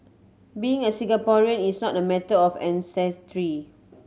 being a Singaporean is not a matter of ancestry